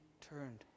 turned